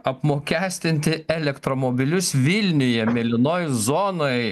apmokestinti elektromobilius vilniuje mėlynoj zonoj